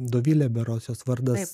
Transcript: dovilė berods jos vardas